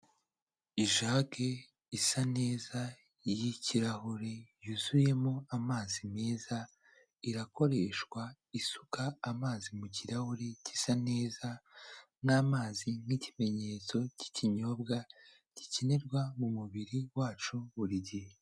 Ijagi isa neza y'ikirahure yuzuyemo amazi meza, irakoreshwa isuka amazi mu kirahuri gisa neza, n'amazi nk'ikimenyetso cy'ikinyobwa gikenerwa mu mubiri wacu buri gihe.